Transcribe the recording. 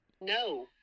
No